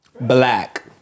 Black